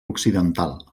occidental